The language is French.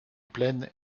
pleine